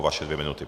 Vaše dvě minuty.